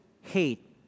hate